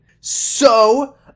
So-